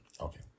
Okay